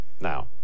Now